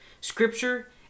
scripture